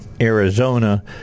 Arizona